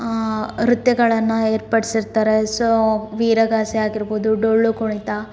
ನೃತ್ಯಗಳನ್ನು ಏರ್ಪಡ್ಸಿರ್ತಾರೆ ಸೋ ವೀರಗಾಸೆಯಾಗಿರ್ಬೋದು ಡೊಳ್ಳು ಕುಣಿತ ಸೋ